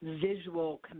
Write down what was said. visual